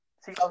See